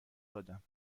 دادم